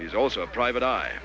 he's also a private eye